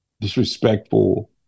disrespectful